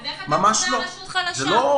איך אתה קובע רשות חלשה?